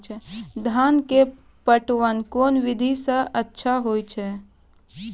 धान के पटवन कोन विधि सै अच्छा होय छै?